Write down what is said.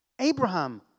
Abraham